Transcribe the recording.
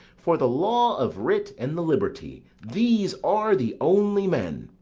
for the law of writ and the liberty, these are the only men.